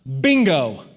Bingo